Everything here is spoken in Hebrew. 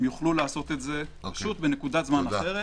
הם יוכלו לעשות זאת פשוט בנקודת זמן אחרת,